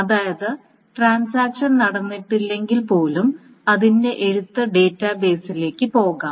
അതായത് ട്രാൻസാക്ഷൻ നടന്നിട്ടില്ലെങ്കിൽ പോലും അതിന്റെ എഴുത്ത് ഡാറ്റാബേസിലേക്ക് പോകാം